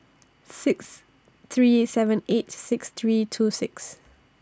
six three seven eight six three two six